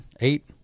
eight